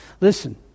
Listen